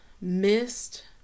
missed